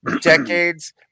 decades